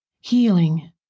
healing